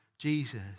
Jesus